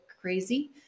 crazy